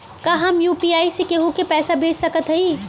का हम यू.पी.आई से केहू के पैसा भेज सकत हई?